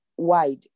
Wide